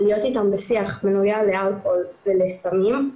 להיות איתם בשיח בנוגע לאלכוהול ולסמים.